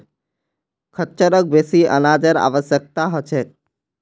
खच्चरक बेसी अनाजेर आवश्यकता ह छेक